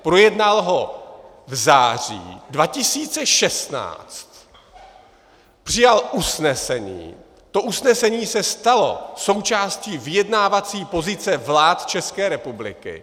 Projednal ho v září 2016, přijal usnesení, to usnesení se stalo součástí vyjednávací pozice vlád České republiky.